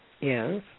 Yes